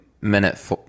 minute